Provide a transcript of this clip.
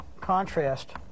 contrast